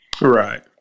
Right